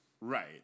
Right